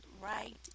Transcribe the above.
right